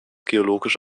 geologisch